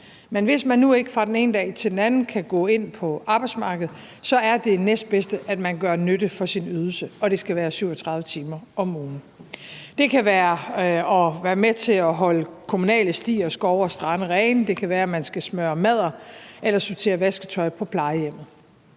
Men hvis man nu ikke fra den ene dag til den anden kan gå ind på arbejdsmarkedet, er det næstbedste, at man gør nytte for sin ydelse – og det skal være 37 timer om ugen. Det kan være at være med til at holde kommunale stier, skove og strande rene. Det kan være, at man skal smøre madder eller sortere vasketøj på plejehjemmet.